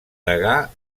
degà